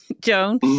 Joan